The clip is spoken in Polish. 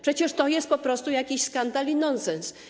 Przecież to jest po prostu jakiś skandal i nonsens.